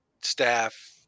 staff